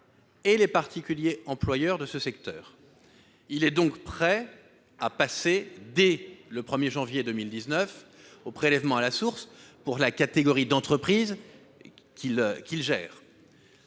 et les particuliers employeurs de ce secteur. Il est donc prêt à passer, dès le 1janvier 2019, au prélèvement à la source pour la catégorie d'entreprises qu'il gère.